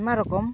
ᱟᱭᱢᱟ ᱨᱚᱠᱚᱢ